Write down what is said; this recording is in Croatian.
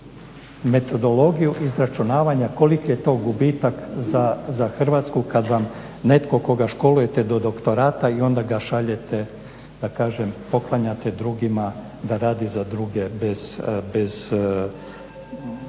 metodologiju izračunavanja koliki je to gubitak za Hrvatsku kad vam netko koga školujete do doktorata i onda ga šaljete, da kažem poklanjate drugima da radi za druge bez